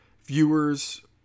viewers